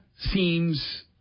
seems